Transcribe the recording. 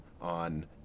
on